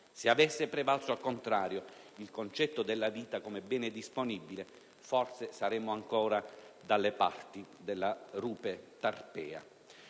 se avesse prevalso, al contrario, il concetto della vita come bene disponibile, forse saremmo ancora dalle parti della rupe Tarpea.